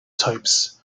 types